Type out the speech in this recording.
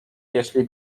jeśli